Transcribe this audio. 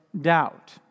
doubt